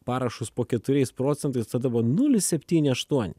parašus po keturiais procentais tada buvo nulis septyni aštuoni